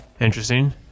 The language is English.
interesting